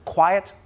Quiet